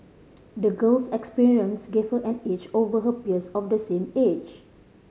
the girl's experience gave her an edge over her peers of the same age